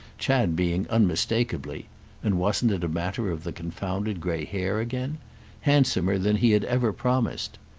chad being unmistakeably and wasn't it a matter of the confounded grey hair again handsomer than he had ever promised.